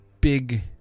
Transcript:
big